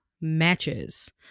matches